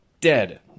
dead